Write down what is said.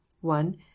one